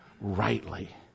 rightly